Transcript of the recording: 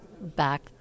back